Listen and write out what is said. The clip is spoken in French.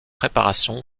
préparation